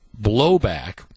blowback